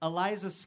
Eliza